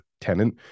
tenant